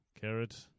carrot